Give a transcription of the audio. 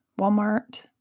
Walmart